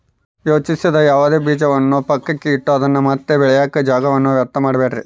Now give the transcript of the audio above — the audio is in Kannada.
ಯೋಜಿಸದ ಯಾವುದೇ ಬೀಜಗಳನ್ನು ಪಕ್ಕಕ್ಕೆ ಇಟ್ಟು ಅದನ್ನ ಮತ್ತೆ ಬೆಳೆಯಾಕ ಜಾಗವನ್ನ ವ್ಯರ್ಥ ಮಾಡಬ್ಯಾಡ್ರಿ